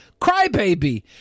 crybaby